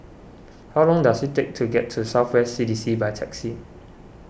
how long does it take to get to South West C D C by taxi